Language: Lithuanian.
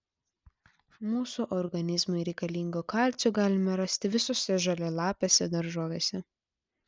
mūsų organizmui reikalingo kalcio galime rasti visose žalialapėse daržovėse